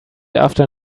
after